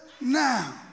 now